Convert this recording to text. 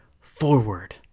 forward